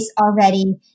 already